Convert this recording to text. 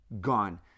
gone